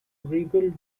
rebuild